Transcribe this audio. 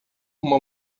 uma